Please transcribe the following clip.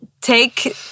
take